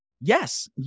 Yes